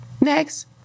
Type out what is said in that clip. next